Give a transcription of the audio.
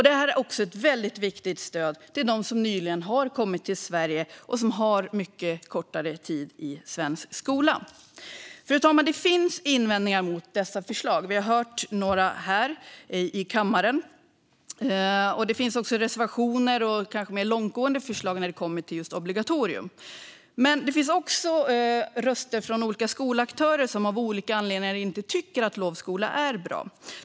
Det är också ett väldigt viktigt stöd för dem som nyligen har kommit till Sverige och som har mycket kortare tid i svensk skola. Fru talman! Det finns invändningar mot dessa förslag. Vi har hört några här i kammaren. Det finns också reservationer och kanske mer långtgående förslag när det kommer till just obligatorium. Men det finns också röster från olika skolaktörer som av olika anledningar inte tycker att lovskola är bra.